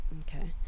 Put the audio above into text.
okay